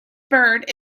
bird